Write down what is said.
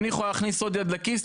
אני יכולה להכניס עוד יד לכיס,